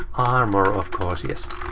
armor! of course, yes.